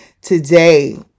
today